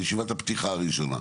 בישיבת הפתיחה הראשונה,